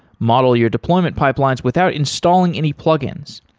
model your deployment pipelines without installing any plug-ins.